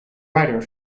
writer